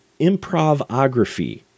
improvography